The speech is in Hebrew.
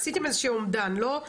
עשיתם איזשהו אומדן, לא?